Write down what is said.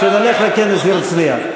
שנלך לכנס הרצלייה.